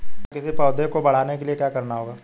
हमें किसी पौधे को बढ़ाने के लिये क्या करना होगा?